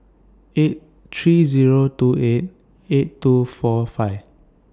eight three Zero two eight eight two four five